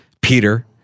Peter